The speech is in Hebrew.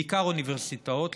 בעיקר באוניברסיטאות,